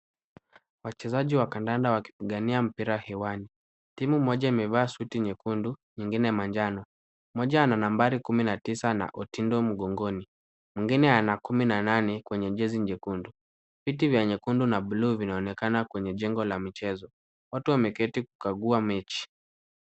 Wachezaji wa kandanda wakipigania mpira hewani. Timu moja imevaa suti nyekundu nyingine manjano. Mmoja ana nambari 19 na Otindo mgongoni. Mwingine ana 18 kwenye jezi jekundu. Viti vya nyekundu na buluu vinaonekana kwenye jengo la michezo. Watu wameketi kukagua mechi.